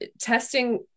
testing